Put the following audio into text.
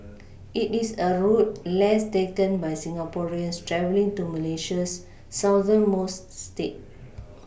it is a route less taken by Singaporeans travelling to Malaysia's southernmost state